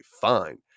fine